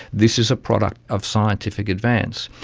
this is a product of scientific advance.